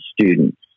students